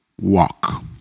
walk